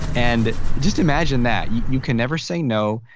and just imagine that you you can never say no.